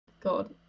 God